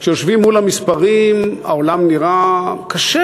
כשיושבים מול המספרים העולם נראה קשה,